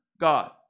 God